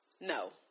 No